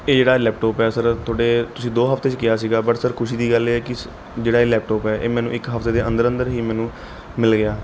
ਇਹ ਜਿਹੜਾ ਲੈਪਟੋਪ ਹੈ ਸਰ ਤੁਹਾਡੇ ਤੁਸੀਂ ਦੋ ਹਫ਼ਤਿਆਂ 'ਚ ਕਿਹਾ ਸੀਗਾ ਬਟ ਸਰ ਖੁਸ਼ੀ ਦੀ ਗੱਲ ਇਹ ਹੈ ਕਿ ਜਿਹੜਾ ਇਹ ਲੈਪਟੋਪ ਹੈ ਇਹ ਮੈਨੂੰ ਇੱਕ ਹਫ਼ਤੇ ਦੇ ਅੰਦਰ ਅੰਦਰ ਹੀ ਮੈਨੂੰ ਮਿਲ ਗਿਆ